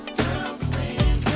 girlfriend